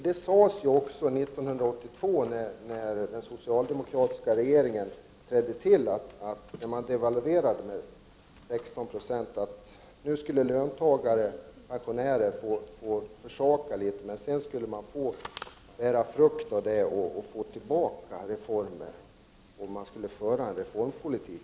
Det sades från den socialdemokratiska regeringen när den trädde till 1982 och devalverade med 16 96 att löntagare och pensionärer skulle få lov att försaka en del, men sedan skulle de få skörda frukten i form av reformer. Regeringen skulle alltså föra en reformpolitik.